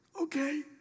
okay